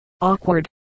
awkward